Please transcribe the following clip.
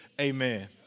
Amen